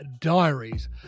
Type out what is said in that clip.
Diaries